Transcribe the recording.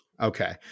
Okay